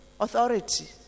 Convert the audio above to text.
authority